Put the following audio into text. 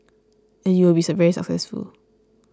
and you will be very successful